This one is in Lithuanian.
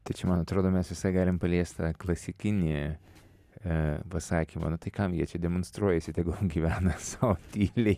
tai čia man atrodo mes visai galim paliesti klasikinį e pasakymą na tai kam jie demonstruojasi tegu gyvena sau tyliai